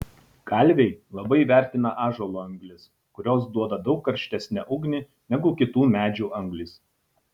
kalviai labai vertina ąžuolo anglis kurios duoda daug karštesnę ugnį negu kitų medžių anglys